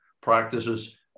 practices